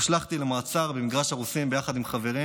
הושלכתי למעצר במגרש הרוסים ביחד עם חברים